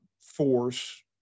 force